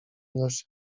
ilość